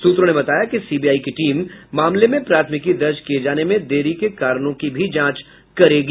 सूत्रों ने बताया कि सीबीआई की टीम मामले में प्राथमिकी दर्ज किये जाने में देरी के कारणों की भी जांच करेगी